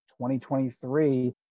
2023